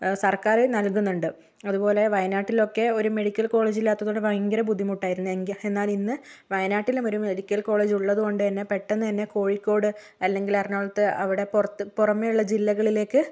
സർക്കാർ നൽകുന്നുണ്ട് അതുപോലെ വയനാട്ടിൽ ഒക്കെ ഒരു മെഡിക്കൽ കോളേജ് ഇല്ലാത്തത് കൊണ്ട് ഭയങ്കര ബുദ്ധിമുട്ട് ആയിരുന്നു എങ്കിൽ എന്നാൽ ഇന്ന് വയനാട്ടിലും ഒരു മെഡിക്കൽ കോളേജ് ഉള്ളത് കൊണ്ട് തന്നെ പെട്ടെന്ന് തന്നെ കോഴിക്കോട് അല്ലെങ്കിൽ എറണാകുളത്ത് അവിടെ പുറത്ത് പുറമെ ഉള്ള ജില്ലകളിലേക്ക്